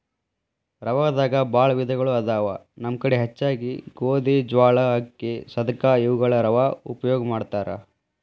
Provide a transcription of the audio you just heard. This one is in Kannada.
ರವಾದಾಗ ಬಾಳ ವಿಧಗಳು ಅದಾವ ನಮ್ಮ ಕಡೆ ಹೆಚ್ಚಾಗಿ ಗೋಧಿ, ಜ್ವಾಳಾ, ಅಕ್ಕಿ, ಸದಕಾ ಇವುಗಳ ರವಾ ಉಪಯೋಗ ಮಾಡತಾರ